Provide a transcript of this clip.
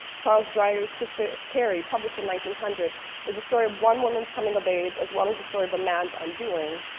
dreiser's sister carrie published in one hundred is the story of one woman's coming of age as well as the story of a man's undoing.